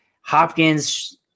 Hopkins